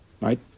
Right